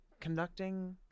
conducting